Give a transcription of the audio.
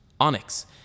onyx